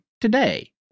today